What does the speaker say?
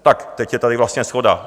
Tak teď je tady vlastně shoda.